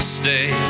stay